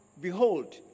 Behold